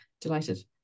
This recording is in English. delighted